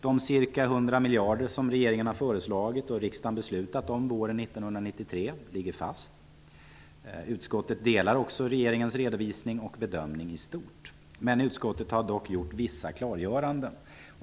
De ca 100 miljarder som regeringen har föreslagit och riksdagen beslutat om våren 1993 ligger fast. Utskottet delar också bedömningen i stort i regeringens redovisning. Utskottet har dock vissa klargöranden.